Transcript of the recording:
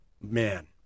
Man